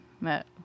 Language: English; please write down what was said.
met